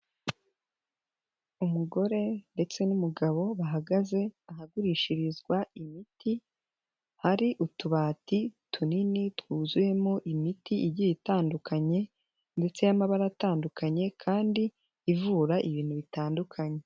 Umugore ndetse n'umugabo bahagaze ahagurishirizwa imiti, hari utubati tuini twuzuyemo imiti igiye itandukanye, ndetse n'amabara atandukanye, kandi ivura ibintu bitandukanye.